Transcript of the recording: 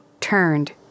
turned